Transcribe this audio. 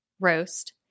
roast